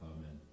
Amen